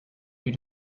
you